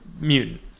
mutant